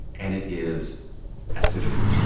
and it is acidity.